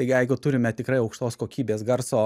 tai jeigu turime tikrai aukštos kokybės garso